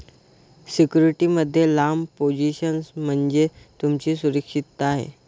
security मध्ये लांब position म्हणजे तुमची सुरक्षितता आहे